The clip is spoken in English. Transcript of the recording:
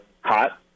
hot